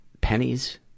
pennies